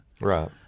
right